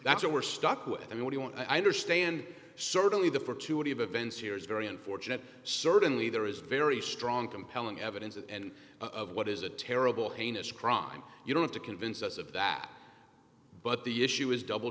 that's what we're stuck with and we want to understand certainly the fortuity of events here is very unfortunate certainly there is very strong compelling evidence that and of what is a terrible heinous crime you don't have to convince us of that but the issue is double